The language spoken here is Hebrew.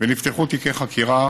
נפתחו תיקי חקירה